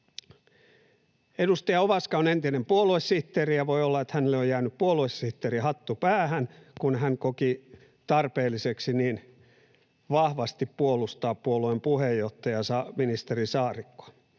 Edustaja Ovaska on entinen puoluesihteeri, ja voi olla, että hänelle on jäänyt puoluesihteerin hattu päähän, kun hän koki tarpeelliseksi niin vahvasti puolustaa puolueensa puheenjohtajaa ministeri Saarikkoa.